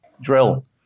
Drill